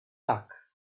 tak